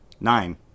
Nine